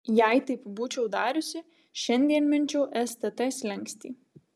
jei taip būčiau dariusi šiandien minčiau stt slenkstį